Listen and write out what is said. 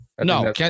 no